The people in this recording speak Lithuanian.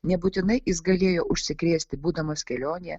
nebūtinai jis galėjo užsikrėsti būdamas kelionėje